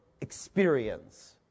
experience